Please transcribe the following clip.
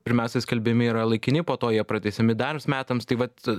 pirmiausia skelbiami yra laikini po to jie pratęsiami dar metams tai vat